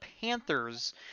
Panthers